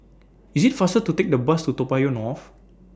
IS IT faster to Take The Bus to Toa Payoh North